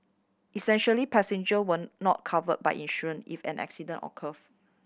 essentially passenger were not covered by insurance if an accident occurred